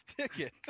ticket